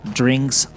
drinks